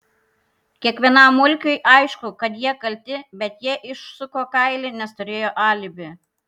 kiekvienam mulkiui aišku kad jie kalti bet jie išsuko kailį nes turėjo alibi